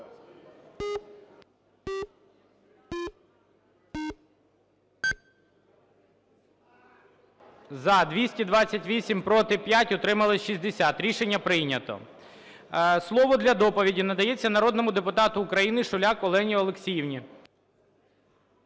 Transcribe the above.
За-228 Проти – 5. Утримались – 60. Рішення прийнято. Слово для доповіді надається народному депутату України Шуляк Олені Олексіївні.